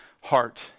heart